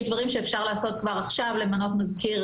יש דברים שאפשר לעשות כבר עכשיו: למנות מזכיר